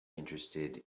interested